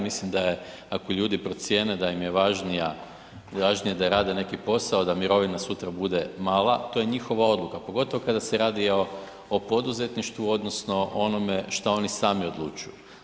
Mislim da je, ako ljudi procjene da im je važnija, važnije da rade neki posao, da mirovina sutra bude mala, to je njihova odluka pogotovo kada se radi o poduzetništvu odnosno onome šta oni sami odlučuju.